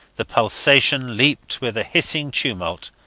the pulsation leaped with a hissing tumult,